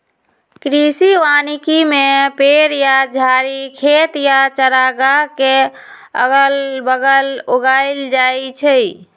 कृषि वानिकी में पेड़ या झाड़ी खेत या चारागाह के अगल बगल उगाएल जाई छई